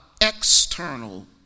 external